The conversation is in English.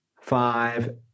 five